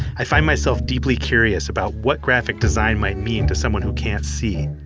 i find myself deeply curious about what graphic design might mean to someone who can't see.